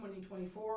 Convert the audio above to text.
2024